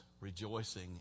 rejoicing